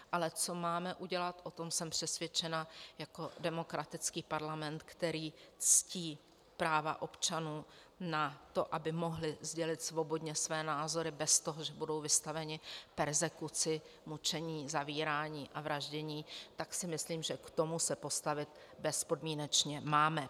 Ale co máme udělat, o tom jsem přesvědčena, jako demokratický parlament, který ctí práva občanů na to, aby mohli sdělit svobodně své názory bez toho, že budou vystaveni perzekuci, mučení, zavírání a vraždění, tak si myslím, že k tomu se postavit bezpodmínečně máme.